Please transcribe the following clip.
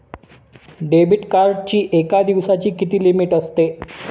Debit कार्डची एका दिवसाची किती लिमिट असते?